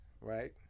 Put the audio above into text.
right